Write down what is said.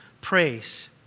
praise